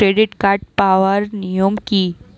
Credit card পাওয়ার নিয়ম কী?